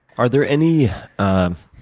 are there any um